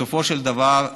בסופו של דבר,